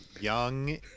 Young